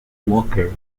walker